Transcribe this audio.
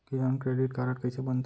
किसान credit card कइसे बनथे?